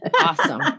Awesome